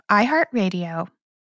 iHeartRadio